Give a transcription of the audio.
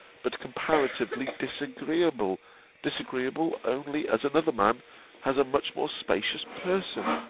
but comparatively disagreeable disagreeable only as another man has a much more specious person